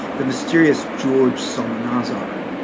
the mysterious george psalmanazar.